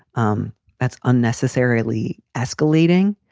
um that's unnecessarily escalating.